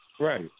right